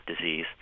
disease